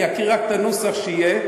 אני אקריא רק את הנוסח שיהיה.